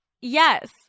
Yes